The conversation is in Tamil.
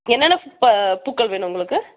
என்னென்ன பூப்ப பூக்கள் வேணும் உங்களுக்கு